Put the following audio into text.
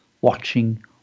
watching